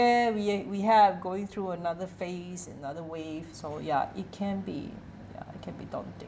we are we have going through another phase another wave so ya it can be ya it can be daunting